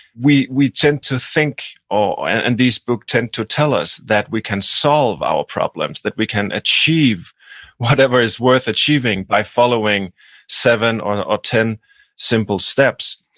we we tend to think, and these books tend to tell us, that we can solve our problems, that we can achieve whatever is worth achieving by following seven or ah ten simple steps.